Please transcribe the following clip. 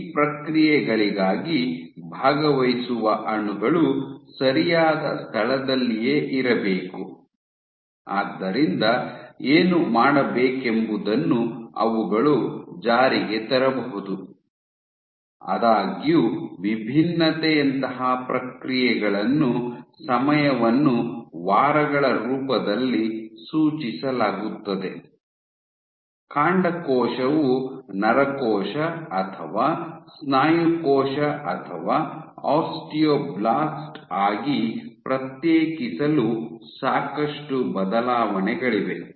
ಈ ಪ್ರಕ್ರಿಯೆಗಳಿಗಾಗಿ ಭಾಗವಹಿಸುವ ಅಣುಗಳು ಸರಿಯಾದ ಸ್ಥಳದಲ್ಲಿಯೇ ಇರಬೇಕು ಆದ್ದರಿಂದ ಏನು ಮಾಡಬೇಕೆಂಬುದನ್ನು ಅವುಗಳು ಜಾರಿಗೆ ತರಬಹುದು ಆದಾಗ್ಯೂ ವಿಭಿನ್ನತೆಯಂತಹ ಪ್ರಕ್ರಿಯೆಗಳನ್ನು ಸಮಯವನ್ನು ವಾರಗಳ ರೂಪದಲ್ಲಿ ಸೂಚಿಸಲಾಗುತ್ತದೆ ಕಾಂಡಕೋಶವು ನರಕೋಶ ಅಥವಾ ಸ್ನಾಯು ಕೋಶ ಅಥವಾ ಆಸ್ಟಿಯೋಬ್ಲಾಸ್ಟ್ ಆಗಿ ಪ್ರತ್ಯೇಕಿಸಲು ಸಾಕಷ್ಟು ಬದಲಾವಣೆಗಳಿವೆ